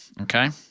okay